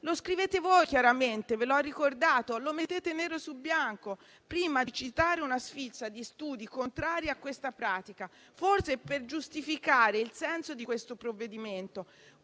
Lo scrivete chiaramente, come ho ricordato, lo mettete nero su bianco, prima di citare una sfilza di studi contrari a questa pratica. Forse è per giustificare il senso di questo provvedimento.